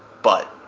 but